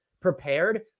prepared